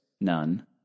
None